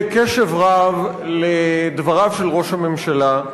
הדיון הזה נגמר בהודעת ראש הממשלה.